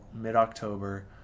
mid-October